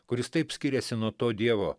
kuris taip skiriasi nuo to dievo